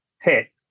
hit